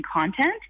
content